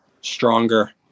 stronger